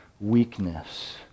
weakness